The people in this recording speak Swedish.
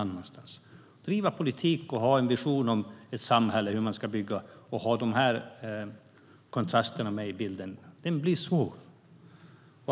Man kan inte driva politik och ha en vision om hur man ska bygga ett samhälle om man har de här kontrasterna med i bilden. Det blir svårt.